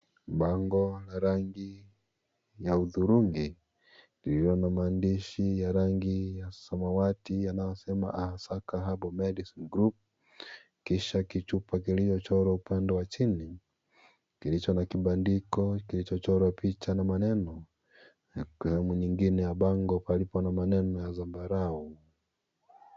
Bango la rangi ya hudhurungi lililo na maandishi ya rangi ya samawati yanasema "Ahasaka medicine group" kisha kichupa iliyochorwa upande wa chini kilicho na kibandiko kilichochorwa picha na maneno na kalamu nyingine ya bango palipo na maneno ya sambarau.